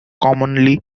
commonly